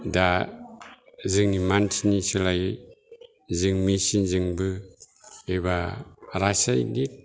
दा जोंनि मानसिनि सोलायै जों मिचिनजोंबो एबा रासायनिक